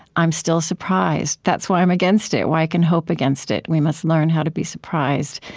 i'm still surprised. that's why i'm against it, why i can hope against it. we must learn how to be surprised.